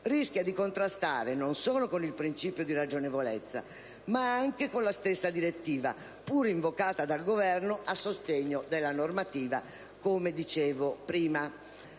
rischia di contrastare non solo con il principio di ragionevolezza, ma anche con la stessa direttiva, pur invocata dal Governo a sostegno della normativa. Dal punto di